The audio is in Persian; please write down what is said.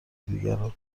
دیگران